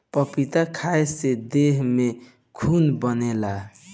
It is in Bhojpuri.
पपीता खाए से देह में खून बनेला